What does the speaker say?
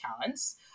talents